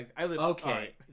Okay